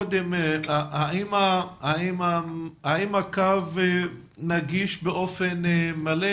האם הקו נגיש באופן מלא